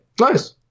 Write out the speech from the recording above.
nice